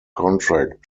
contract